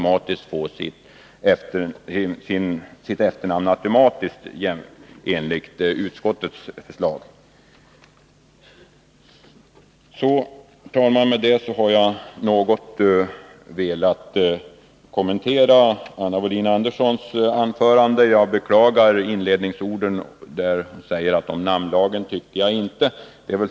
Herr talman! Med detta har jag något velat kommentera Anna Wohlin Anderssons anförande. Jag beklagar hennes inledningsord, ”om namnlagen tycker jag inte”.